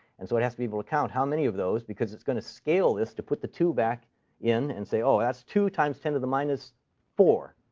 and so it has to be able to count how many of those because it's going to scale this to put the two back in and say, oh, that's two times ten to the minus four.